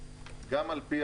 גם על פי